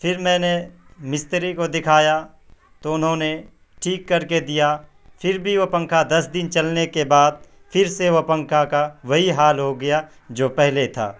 پھر میں نے مستری کو دکھایا تو انہوں نے ٹھیک کر کے دیا پھر بھی وہ پنکھا دس دن چلنے کے بعد پھر سے وہ پنکھا کا وہی حال ہو گیا جو پہلے تھا